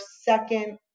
second